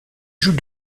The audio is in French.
joue